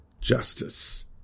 justice